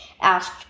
asked